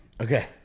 Okay